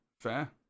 Fair